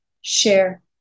share